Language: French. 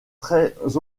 très